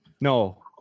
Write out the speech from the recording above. No